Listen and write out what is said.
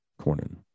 Cornyn